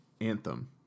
Anthem